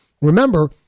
Remember